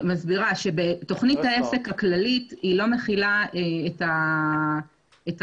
תוכנית העסק הכללית לא מכילה את הדרישות